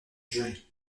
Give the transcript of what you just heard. jury